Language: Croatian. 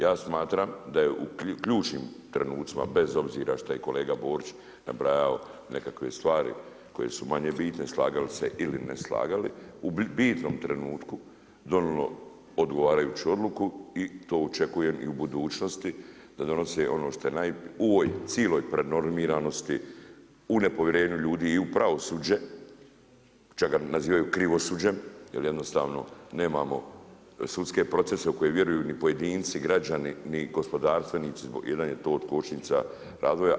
Ja smatram da je u ključnim trenucima, bez obzira što je kolega Borić nabrajao nekakve stvari, koji su manje bitne, slagali se ili ne slagali, u bitnom trenutku donijeli odgovarajuću odluku i to očekujem u budućnosti, da donose ono što je, u ovoj cijeloj prenormiranosti u nepovjerenju ljudi i u pravosuđe, čega nazivaju krivo suđe, jer jednostavno nemamo sudske procese u koje vjeruju ni pojedinci, građani, ni gospodarstvenici, jedan je to od kočnica razvoja.